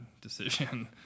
decision